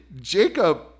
Jacob